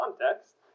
context